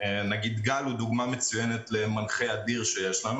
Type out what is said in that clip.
גל הוא דוגמה מצוינת למנחה אדיר שיש לנו